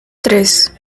tres